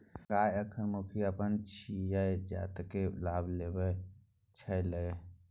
गय अखन मुखिया अपन छियै जतेक लाभ लेबाक छौ ल लए